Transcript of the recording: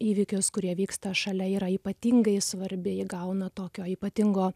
įvykius kurie vyksta šalia yra ypatingai svarbi įgauna tokio ypatingo